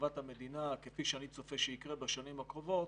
לטובת המדינה, כפי שאני צופה שיקרה בשנים הקרובות,